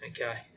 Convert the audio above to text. Okay